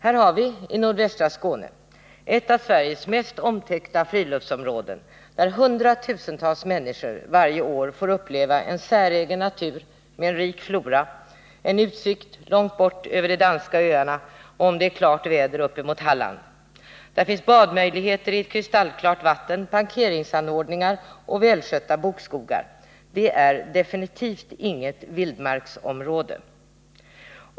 Här har vi i nordvästra Skåne ett av Sveriges mest omtyckta friluftsområden, där hundratusentals människor varje år får uppleva en säregen natur med en rik flora, en utsikt långt bort över de danska öarna och om det är klart väder upp mot Halland. Där finns möjligheter till bad i kristallklara vatten, parkeringsanordningar och välskötta bokskogar. Det är definitivt inget vildmarksområde.